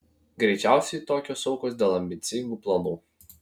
greičiausiai tokios aukos dėl ambicingų planų